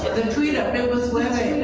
the tweet, it was weba. yeah,